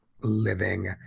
living